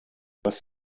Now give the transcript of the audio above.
was